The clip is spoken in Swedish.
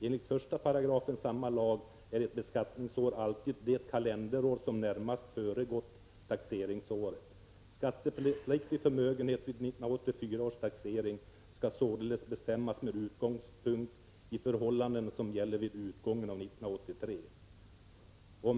Enligt 1§ samma lag är ett beskattningsår alltid det kalenderår som närmast föregått taxeringsåret. Skattepliktig förmögenhet vid 1984 års taxering skall således bestämmas med utgångspunkt i förhållanden som gäller vid utgången av 1983.